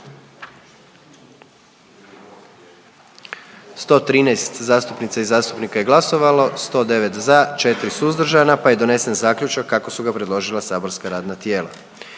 109 zastupnica i zastupnika, 106 za, 3 suzdržana i donesen zaključak kako ga je predložilo matično saborsko radno tijelo.